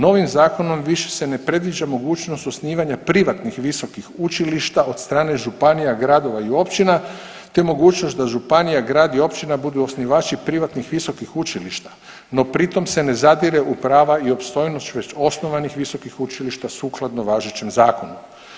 Novim zakonom više se ne predviđa mogućnost osnivanja privatnih visokih učilišta od strane županija, gradova i općina te mogućnost da županija, grad i općina budu osnivači privatnih visokih učilišta, no pri tom se ne zadire u prava i opstojnost već osnovanih visokih učilišta sukladno važećem zakonu.